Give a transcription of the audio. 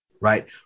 right